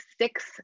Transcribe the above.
six